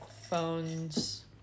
phones